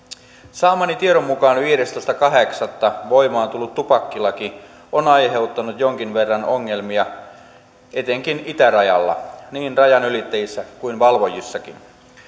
saamani tiedon mukaan viidestoista kahdeksatta voimaan tullut tupakkilaki on aiheuttanut jonkin verran ongelmia etenkin itärajalla niin rajanylittäjissä kuin valvojissakin